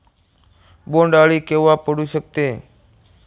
बोंड अळी केव्हा पडू शकते?